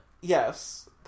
Yes